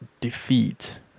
defeat